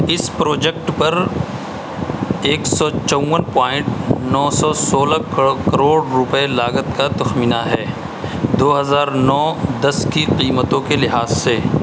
اس project پر ایک سو چوّن پوائنٹ نو سو سولہ کروڑ روپے لاگت کا تخمینہ ہے دو ہزار نو دس کی قیمتوں کے لحاظ سے